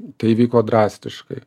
tai vyko drastiškai